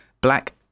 black